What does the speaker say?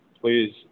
please